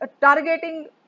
Targeting